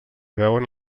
veuen